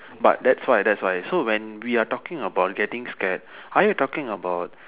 but that's why that's why so when we are talking about getting scared are you talking about